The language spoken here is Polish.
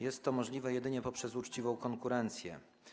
Jest to możliwe jedynie poprzez uczciwą konkurencję.